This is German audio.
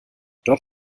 dort